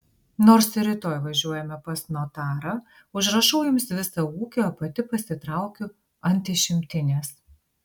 nors ir rytoj važiuojame pas notarą užrašau jums visą ūkį o pati pasitraukiu ant išimtinės